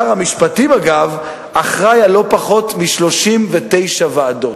אגב, שר המשפטים אחראי ללא פחות מ-39 ועדות.